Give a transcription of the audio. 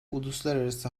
uluslararası